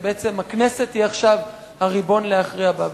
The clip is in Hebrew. ובעצם הכנסת היא עכשיו הריבון להכריע בה.